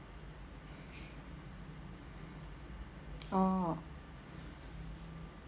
orh